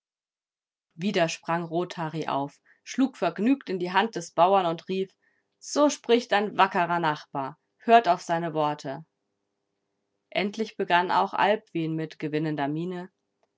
sprang rothari auf schlug vergnügt in die hand des bauern und rief so spricht ein wackerer nachbar hört auf seine worte endlich begann auch albwin mit gewinnender miene